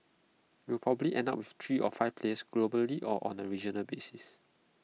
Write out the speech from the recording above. we will probably end up with three or five players globally or on A regional basis